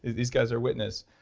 these guys are witness.